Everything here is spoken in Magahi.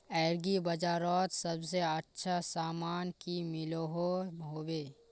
एग्री बजारोत सबसे अच्छा सामान की मिलोहो होबे?